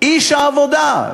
איש העבודה,